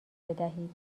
بدهید